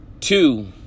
two